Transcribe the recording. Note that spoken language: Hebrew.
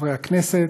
חברי הכנסת,